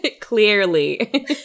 Clearly